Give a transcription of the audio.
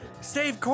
Save